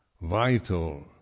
vital